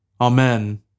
Amen